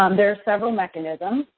um there are several mechanisms.